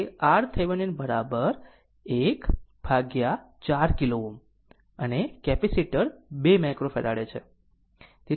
તેથી તે RThevenin 1 ભાગ્યા 4 કિલો Ω અને કેપેસિટર 2 માઇક્રોફેરાડે છે